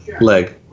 leg